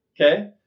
Okay